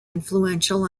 influential